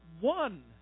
one